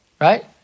Right